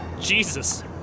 Jesus